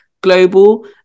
global